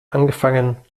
angefangen